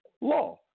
law